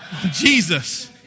Jesus